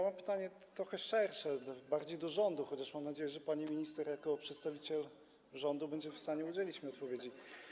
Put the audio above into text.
Mam pytanie trochę szersze, bardziej do rządu, chociaż mam nadzieję, że pani minister jako przedstawiciel rządu będzie w stanie udzielić mi odpowiedzi.